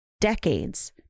decades